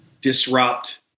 disrupt